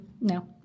No